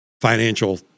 financial